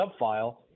subfile